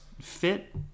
fit